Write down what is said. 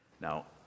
Now